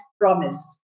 promised